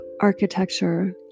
architecture